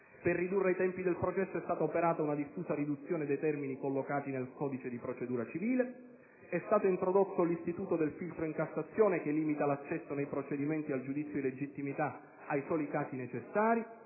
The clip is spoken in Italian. Per ridurre i tempi del processo è stata operata una diffusa riduzione dei termini collocati nel codice di procedura civile. È stato introdotto l'istituto del filtro in Cassazione, che limita l'acceso nei procedimenti al giudizio di legittimità ai soli casi necessari;